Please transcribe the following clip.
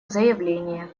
заявление